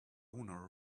owner